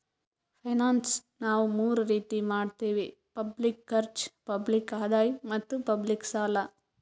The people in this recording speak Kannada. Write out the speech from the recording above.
ಫೈನಾನ್ಸ್ ನಾವ್ ಮೂರ್ ರೀತಿ ಮಾಡತ್ತಿವಿ ಪಬ್ಲಿಕ್ ಖರ್ಚ್, ಪಬ್ಲಿಕ್ ಆದಾಯ್ ಮತ್ತ್ ಪಬ್ಲಿಕ್ ಸಾಲ